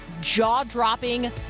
jaw-dropping